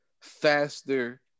faster